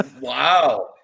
Wow